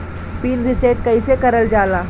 Pin reset कईसे करल जाला?